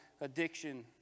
addiction